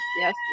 yes